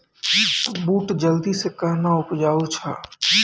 बूट जल्दी से कहना उपजाऊ छ?